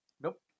Nope